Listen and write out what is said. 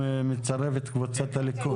מי בעד ההסתייגות של חבר הכנסת יואב קיש?